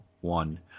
one